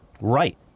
Right